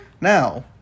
Now